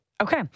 Okay